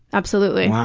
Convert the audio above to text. absolutely. wow.